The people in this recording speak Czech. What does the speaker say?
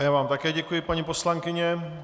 Já vám také děkuji, paní poslankyně.